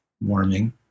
Warming